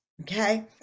Okay